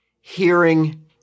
hearing